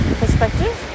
perspective